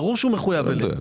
ברור שהוא מחויב אליהם.